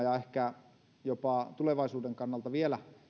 ja ehkä jopa tulevaisuuden kannalta vielä